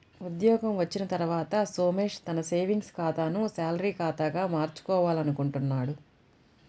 ఉద్యోగం వచ్చిన తర్వాత సోమేష్ తన సేవింగ్స్ ఖాతాను శాలరీ ఖాతాగా మార్చుకోవాలనుకుంటున్నాడు